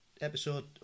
episode